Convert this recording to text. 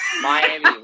Miami